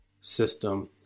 system